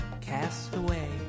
castaway